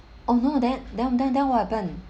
oh no then then then then what happened